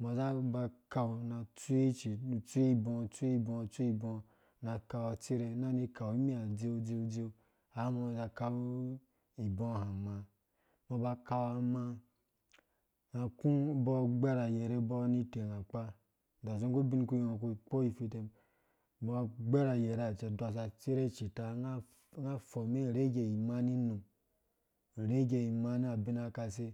mbɔ zã ba kau na tsuiwe ci tsuwe ibɔɔtsuwe ibɔɔ na kau atsirhe na nĩ kau nĩ haĩhã dziu dziu dziu har mbɔ za kau ibɔɔ hã mãã mbɔ ba za kau amãã na ku abɔ gɛrh ayerhe abo nĩ teng akpa dɔsu gũ binkpi ngɔ ku kpo ifitem abo gbɛrh ayerha cɛ dɔsa tsire icita nã abĩ ngã fɔme arhege imanĩ num arhege abin akase